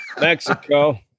Mexico